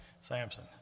Samson